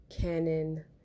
canon